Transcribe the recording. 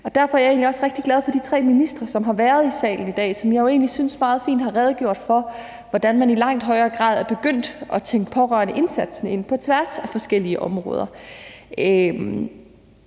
Derfor er jeg jo egentlig også rigtig glad for, at de tre ministre har været her i salen i dag, og jeg synes også, de meget fint har redegjort for, hvordan man i langt højere grad er begyndt at tænke pårørendeindsatsen ind på tværs af forskellige områder.